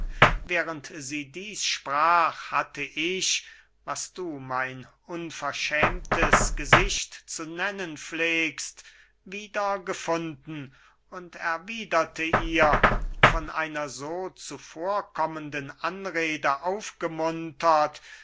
während sie dieß sprach hatte ich was du mein unverschämtes gesicht zu nennen pflegst wieder gefunden und erwiederte ihr von einer so zuvorkommenden anrede aufgemuntert